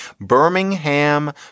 Birmingham